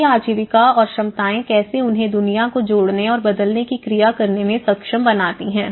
उनकी आजीविका और क्षमताएँ कैसे उन्हें दुनिया को जोड़ने और बदलने की क्रिया करने में सक्षम बनाती हैं